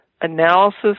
analysis